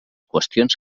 qüestions